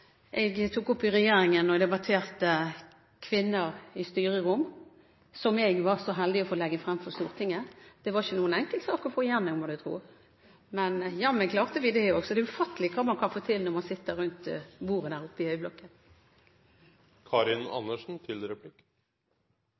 jeg tok opp i regjeringen og debatterte kvinner i styrerom, en sak jeg var så heldig å få legge frem for Stortinget. Det var ingen enkel sak å få igjennom, men jammen klarte vi det òg, så det er ufattelig hva man kan få til når man sitter rundt bordet der oppe i høyblokken!